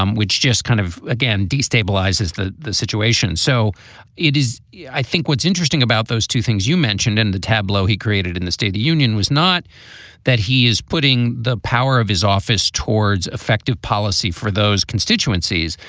um which just kind of, again, destabilizes the the situation. so it is yeah i think what's interesting about those two things you mentioned in the tableau he created in the state of union was not that he is putting the power of his office towards effective policy for those constituencies,